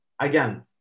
again